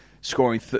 scoring